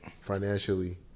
financially